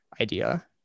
idea